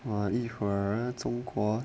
!wah! 一会儿中国